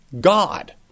God